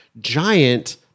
giant